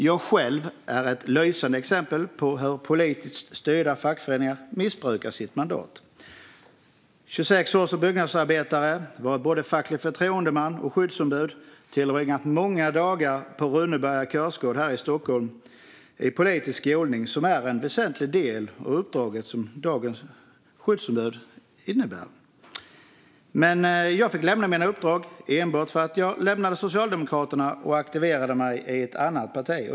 Jag själv är ett lysande exempel på hur politiskt styrda fackföreningar missbrukar sitt mandat. Jag har varit byggnadsarbetare i 26 år. Jag har varit både facklig förtroendeman och skyddsombud, och jag har tillbringat många dagar på Rönneberga kursgård här i Stockholm för politisk skolning, som är en väsentlig del i uppdraget som skyddsombud i dag. Men jag fick lämna mina uppdrag enbart för att jag lämnade Socialdemokraterna och aktiverade mig i ett annat parti.